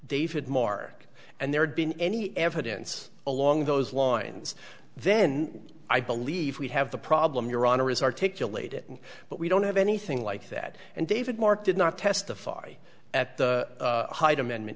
david mark and there'd been any evidence along those lines then i believe we have the problem your honor is articulate it but we don't have anything like that and david mark did not testify at the hyde amendment